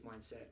mindset